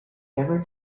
ever